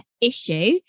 issue